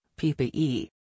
PPE